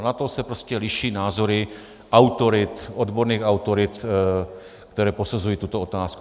Na to se prostě liší názory autorit, odborných autorit, které posuzují tuto otázku.